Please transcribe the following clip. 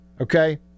Okay